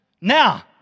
now